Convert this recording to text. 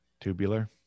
Tubular